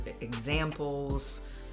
examples